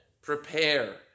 prepare